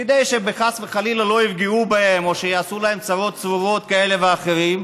כדי שחס וחלילה לא יפגעו בהם או יעשו להם צרות צרורות כאלה ואחרות,